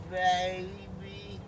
baby